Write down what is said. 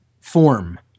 form